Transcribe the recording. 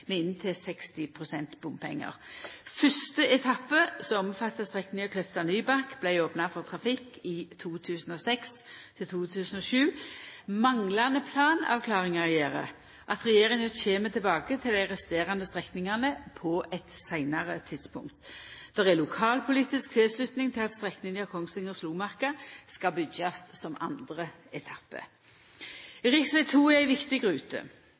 med inntil 60 pst. bompengar. Fyrste etappe, som omfattar strekninga Kløfta–Nybakk, vart opna for trafikk i 2006/2007. Manglande planavklaringar gjer at regjeringa kjem tilbake til dei resterande strekningane på eit seinare tidspunkt. Det er lokalpolitisk tilslutning til at strekninga Kongsvinger–Slomarka skal byggjast som andre etappe. Rv. 2 er ei viktig rute